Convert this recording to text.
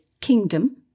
Kingdom